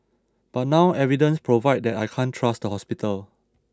but now evidence provide that I can't trust the hospital